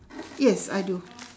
yes I do